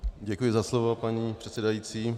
Děkuji za slovo, paní předsedající.